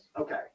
Okay